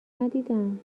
ندیدم